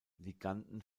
liganden